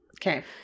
Okay